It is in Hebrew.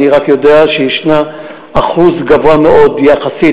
אני רק יודע שיש אחוז גבוה מאוד יחסית,